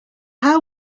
how